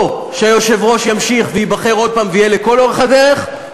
או שהיושב-ראש ימשיך וייבחר עוד פעם ויהיה לכל אורך הדרך,